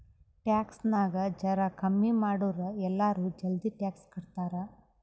tax ನಾಗ್ ಜರಾ ಕಮ್ಮಿ ಮಾಡುರ್ ಎಲ್ಲರೂ ಜಲ್ದಿ ಟ್ಯಾಕ್ಸ್ ಕಟ್ತಾರ್